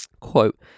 Quote